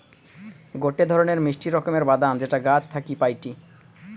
গটে ধরণের মিষ্টি রকমের বাদাম যেটা গাছ থাকি পাইটি